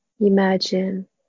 Imagine